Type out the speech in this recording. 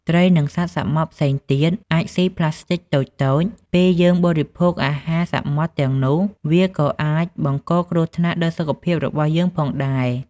ត្រី និងសត្វសមុទ្រផ្សេងទៀតអាចស៊ីប្លាស្ទិកតូចៗ ពេលយើងបរិភោគអាហារសមុទ្រទាំងនោះ វាក៏អាចបង្កគ្រោះថ្នាក់ដល់សុខភាពរបស់យើងផងដែរ។